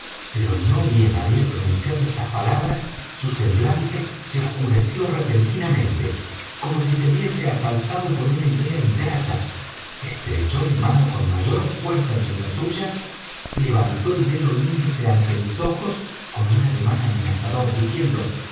pero no bien había pronunciado estas palabras su semblante se oscureció repentinamente como si se viese asaltado por una idea ingrata estrechó mi mano con mayor fuerza entre las suyas y levantó el dedo índice ante mis ojos con un ademán amenazador diciendo